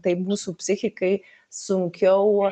tai mūsų psichikai sunkiau